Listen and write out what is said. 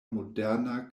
moderna